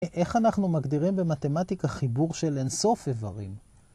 ‫איך אנחנו מגדירים במתמטיקה ‫חיבור של אינסוף איברים?